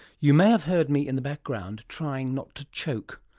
you may have heard me in the background trying not to choke.